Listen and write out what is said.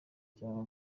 cya